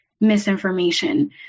misinformation